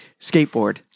skateboard